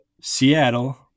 Seattle